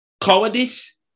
Cowardice